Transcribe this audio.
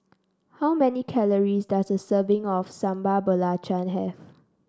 how many calories does a serving of Sambal Belacan have